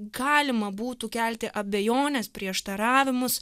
galima būtų kelti abejones prieštaravimus